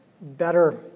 better